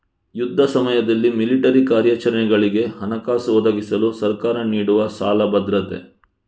ಯುದ್ಧ ಸಮಯದಲ್ಲಿ ಮಿಲಿಟರಿ ಕಾರ್ಯಾಚರಣೆಗಳಿಗೆ ಹಣಕಾಸು ಒದಗಿಸಲು ಸರ್ಕಾರ ನೀಡುವ ಸಾಲ ಭದ್ರತೆ